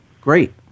Great